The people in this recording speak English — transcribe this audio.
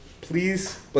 please